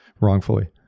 wrongfully